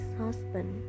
husband